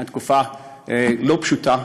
הייתה תקופה לא פשוטה,